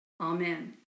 Amen